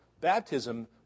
Baptism